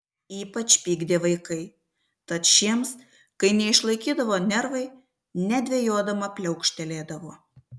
ypač pykdė vaikai tad šiems kai neišlaikydavo nervai nedvejodama pliaukštelėdavo